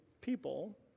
people